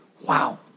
Wow